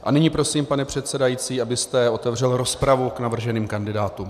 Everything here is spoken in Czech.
A nyní prosím, pane předsedající, abyste otevřel rozpravu k navrženým kandidátům.